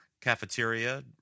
cafeteria